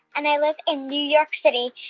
and i live in new york city.